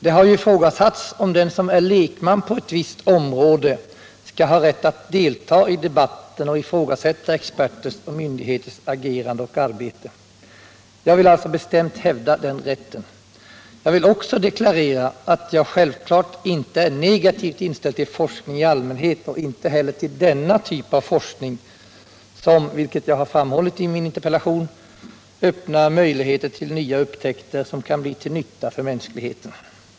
Det har ju diskuterats om den som är lekman på ett visst — universitet område skall ha rätt att delta i debatten och ifrågasätta experters och myndigheters agerande och arbete. Jag vill alltså bestämt hävda den rätten. Jag vill också deklarera att jag självfallet inte är negativt inställd till forskning i allmänhet och inte heller till denna typ av forskning, som -— vilket jag har framhållit i min interpellation — öppnar möjligheter till nya upptäckter som kan bli till nytta för mänskligheten.